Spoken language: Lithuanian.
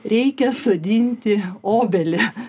reikia sodinti obelį